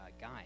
guy